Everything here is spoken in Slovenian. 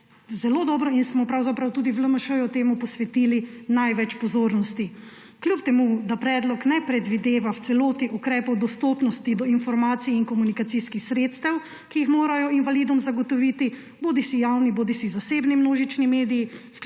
zelo dobro in smo pravzaprav tudi v LMŠ temu posvetili največ pozornosti. Kljub temu da predlog ne predvideva v celoti ukrepov dostopnosti do informacij in komunikacijskih sredstev, ki jih morajo invalidom zagotoviti bodisi javni bodisi zasebni množični mediji,